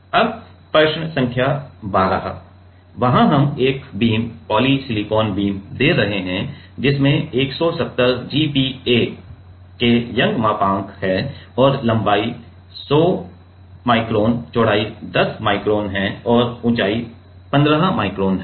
अब प्रश्न संख्या १२ वहाँ हम एक बीम पॉलीसिलिकॉन बीम दे रहे हैं जिसमें १७० G P a के यंग मापांक है और लंबाई १०० माइक्रोन चौड़ाई १० माइक्रोन है और ऊंचाई १५ माइक्रोन है